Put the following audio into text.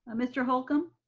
mr. holcomb,